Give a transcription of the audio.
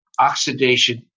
oxidation